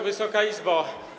Wysoka Izbo!